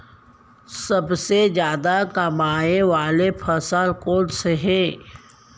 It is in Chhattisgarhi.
सबसे जादा कमाए वाले फसल कोन से हे?